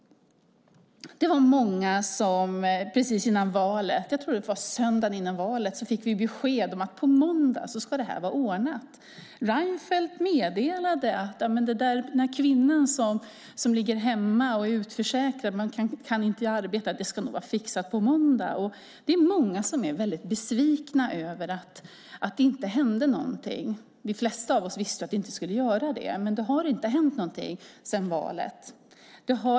Jag tror att det var på söndagen före valet som vi fick besked om att detta skulle vara ordnat på måndagen. Reinfeldt meddelade att det nog skulle vara fixat på måndagen för den kvinna som låg hemma och var utförsäkrade och inte kunde arbete. Det är många som är besvikna över att ingenting händer. De flesta av oss visste att det skulle bli så. Det har inte hänt någonting sedan valet.